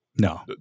No